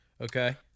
Okay